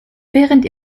während